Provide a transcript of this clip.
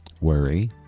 worry